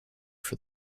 for